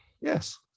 Yes